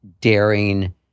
daring